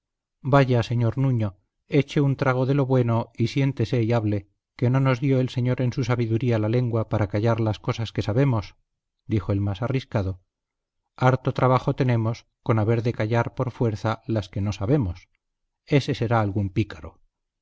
vaya señor nuño eche un trago de lo bueno y siéntese y hable que no nos dio el señor en su sabiduría la lengua para callar las cosas que sabemos dijo el más arriscado harto trabajo tenemos con haber de callar por fuerza las que no sabemos ése será algún pícaro